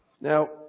Now